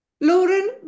Lauren